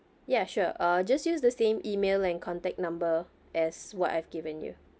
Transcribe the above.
ya sure uh just use the same email and contact number as what I've given you